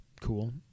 Cool